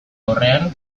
aurrean